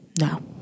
No